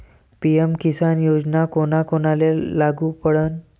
PM Kisan Yojana कोना कोनाले लागू पडन?